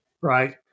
right